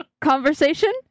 conversation